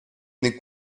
une